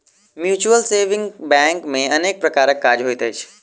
mutual saving bank मे अनेक प्रकारक काज होइत अछि